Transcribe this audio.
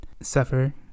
suffer